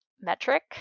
metric